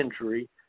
injury